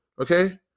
okay